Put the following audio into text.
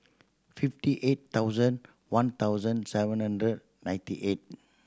fifty eight thousand one thousand seven hundred ninety eight